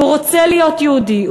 שהוא רוצה להיות יהודי,